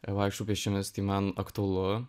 vaikštau pėsčiomis tai man aktualu